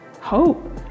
hope